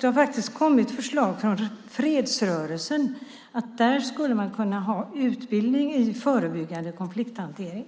Det har faktiskt kommit förslag från fredsrörelsen, att man där skulle kunna ha utbildning i förebyggande konflikthantering.